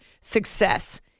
success